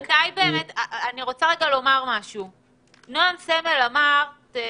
נעם סמל אמר: "תמרדו",